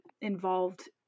involved